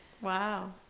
Wow